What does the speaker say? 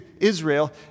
Israel